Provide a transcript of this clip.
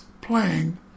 playing